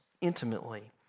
intimately